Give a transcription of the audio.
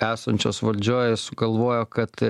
esančios valdžioj sugalvojo kad